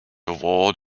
award